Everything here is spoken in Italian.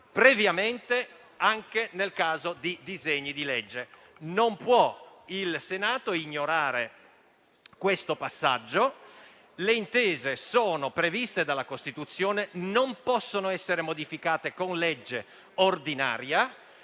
previamente anche nel caso di disegni di legge. Il Senato non può ignorare questo passaggio: le intese sono previste dalla Costituzione, non possono essere modificate con legge ordinaria